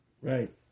Right